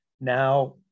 now